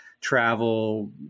travel